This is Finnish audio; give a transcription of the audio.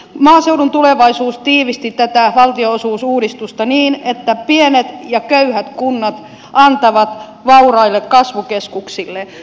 maaseudun tulevaisuus tiivisti tämän valtionosuusuudistuksen niin että pienet ja köyhät kunnat antavat vauraille kasvukeskuksille